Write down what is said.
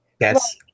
Yes